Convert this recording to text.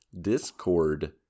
Discord